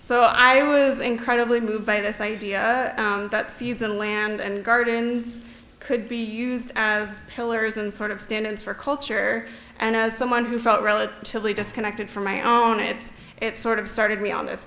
so i was incredibly moved by this idea that seeds and land and gardens could be used as pillars and sort of stands for culture and as someone who felt relatively disconnected from my own it it sort of started me on this